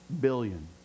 billion